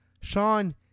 Sean